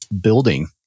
building